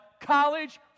college